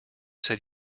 said